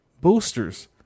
boosters